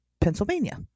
Pennsylvania